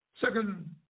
Second